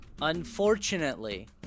Unfortunately